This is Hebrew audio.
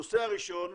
הנושא הראשון,